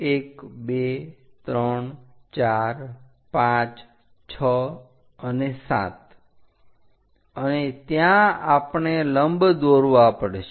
1 2 3 4 5 6 અને 7 અને ત્યાં આપણે લંબ દોરવા પડશે